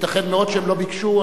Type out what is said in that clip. ייתכן מאוד שהם לא ביקשו.